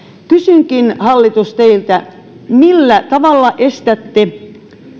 kysynkin hallitus teiltä millä tavalla estätte